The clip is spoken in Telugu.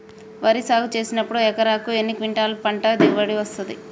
వరి సాగు చేసినప్పుడు ఎకరాకు ఎన్ని క్వింటాలు పంట దిగుబడి వస్తది?